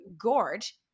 gorge